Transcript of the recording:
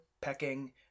pecking